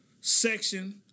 section